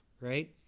right